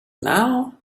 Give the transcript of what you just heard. now